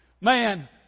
Man